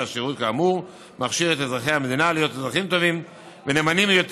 והשירות כאמור מכשיר את אזרחי המדינה להיות אזרחים טובים ונאמנים יותר.